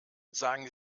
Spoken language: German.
sagen